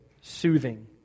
soothing